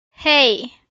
hey